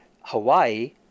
Hawaii